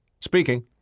speaking